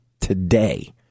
today